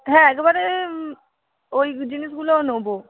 হ্যাঁ একবারে ওই জিনিসগুলোও নেব